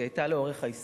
היא היתה לאורך ההיסטוריה,